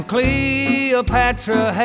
Cleopatra